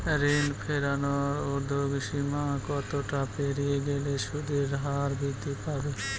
ঋণ ফেরানোর উর্ধ্বসীমা কতটা পেরিয়ে গেলে সুদের হার বৃদ্ধি পাবে?